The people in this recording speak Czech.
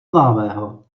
známého